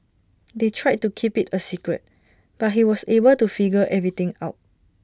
they tried to keep IT A secret but he was able to figure everything out